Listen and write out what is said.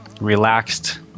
relaxed